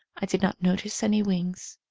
i did not notice any wings.